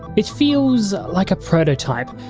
it feels like a prototype,